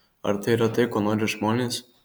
ar tai yra tai ko nori žmonės